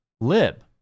lib